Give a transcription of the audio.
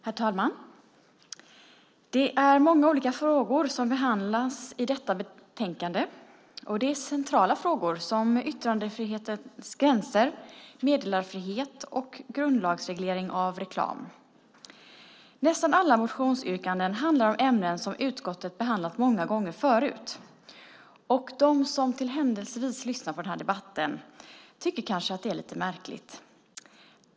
Herr talman! Det är många olika frågor som behandlas i detta betänkande. Det är centrala frågor som yttrandefrihetens gränser, meddelarfriheten och grundlagsregleringen av reklam. Nästan alla motionsyrkanden handlar om ämnen som utskottet har behandlat många gånger förut. De som händelsevis lyssnar på denna debatt tycker kanske att det är lite märkligt.